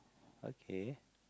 okay